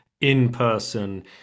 in-person